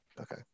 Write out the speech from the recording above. Okay